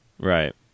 Right